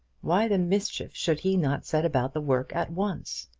why the mischief should he not set about the work at once?